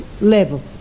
level